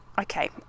okay